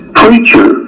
preacher